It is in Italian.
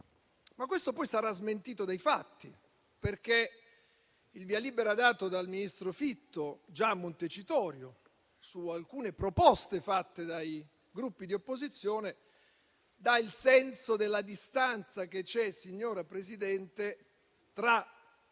Questo poi sarà però smentito dei fatti, perché il via libera dato dal ministro Fitto, già a Montecitorio, su alcune proposte fatte dai Gruppi di opposizione dà il senso della distanza che c'è, signora Presidente, tra